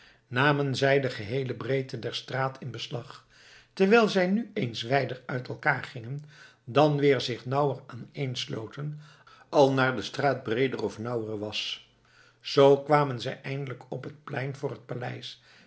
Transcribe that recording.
namen zij de geheele breedte der straat in beslag terwijl zij nu eens wijder uit elkaar gingen dan weer zich nauwer aaneen sloten al naar de straat breeder of nauwer was zoo kwamen zij eindelijk op het plein voor het paleis